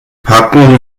packen